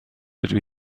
dydw